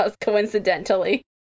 coincidentally